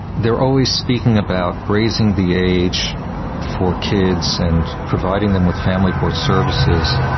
they are always speaking about raising the age for kids and providing them with family court services,